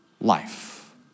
life